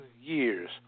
years